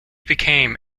became